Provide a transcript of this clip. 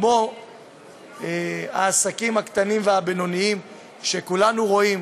כמו העסקים הקטנים והבינוניים, שכולנו רואים